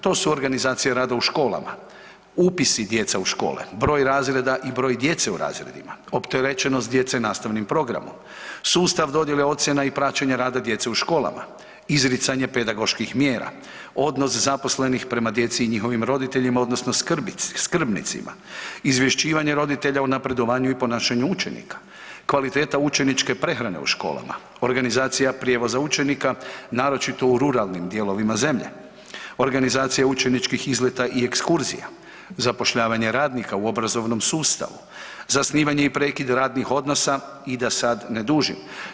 To su organizacije rada u školama, upisi djece u škole, broj razreda i broj djece u razredima, opterećenost djece nastavnim programom, sustav dodjele ocjena i praćenje rada djece u školama, izricanje pedagoških mjera, odnos zaposlenih prema djeci i njihovim roditeljima odnosno skrbnicima, izvješćivanje roditelja o napredovanju i ponašanju učenika, kvaliteta učeničke prehrane u školama, organizacija prijevoza učenika naročito u ruralnim dijelovima zemlje, organizacija učeničkih izleta i ekskurzija, zapošljavanje radnika u obrazovnom sustavu, zasnivanje i prekid radnih odnosa i da sad ne dužim.